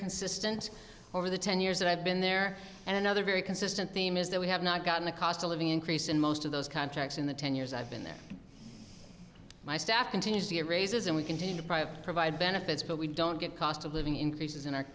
consistent over the ten years that i've been there and another very consistent theme is that we have not gotten a cost of living increase in most of those contracts in the ten years i've been there my staff continues to get raises and we continue to provide benefits but we don't get cost of living increases in our